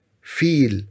feel